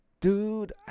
Dude